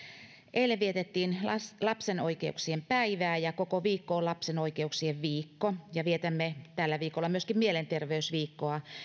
eilen vietettiin lapsen oikeuksien päivää koko viikko on lapsen oikeuksien viikko ja vietämme tällä viikolla myöskin mielenterveysviikkoa